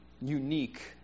unique